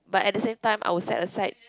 but at the same time I will set aside